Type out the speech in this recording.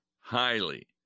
highly